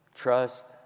Trust